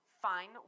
Fine